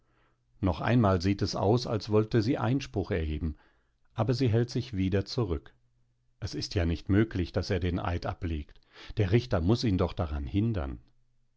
noch einmal sieht es aus als wollte sie einspruch erheben aber sie hält sich wieder zurück es ist ja nicht möglich daß er den eid ablegt der richter muß ihn doch daran hindern